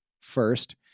first